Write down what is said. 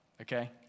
okay